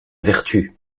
vertu